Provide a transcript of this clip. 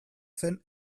zen